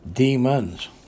Demons